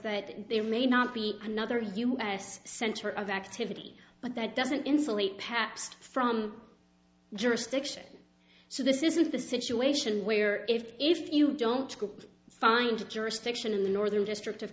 that they may not be another us center of activity but that doesn't insulate pap's from jurisdiction so this is the situation where if if you don't find jurisdiction in the northern district of